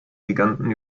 giganten